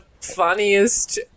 funniest